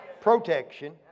protection